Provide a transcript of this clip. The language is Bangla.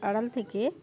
আড়াল থেকে